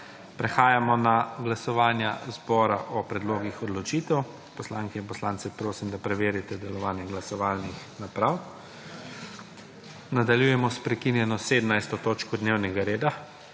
Prehajamo na glasovanja zbora o predlogih odločitev. Poslanke in poslance prosim, da preverite delovanje glasovalnih naprav. Nadaljujemo s prekinjeno 17. točko dnevnega reda,